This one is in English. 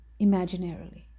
imaginarily